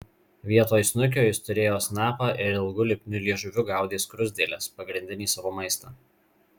vietoj snukio jis turėjo snapą ir ilgu lipniu liežuviu gaudė skruzdėles pagrindinį savo maistą